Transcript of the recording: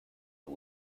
but